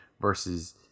versus